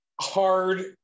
hard